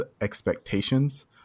expectations